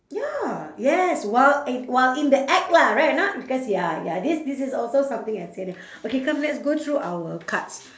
ya yes while a~ while in the act lah right or not because ya ya this this is also something I say that okay come let's go through our cards